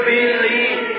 believe